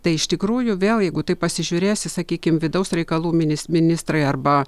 tai iš tikrųjų vėl jeigu taip pasižiūrėsi sakykim vidaus reikalų minis ministrai arba